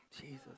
Jesus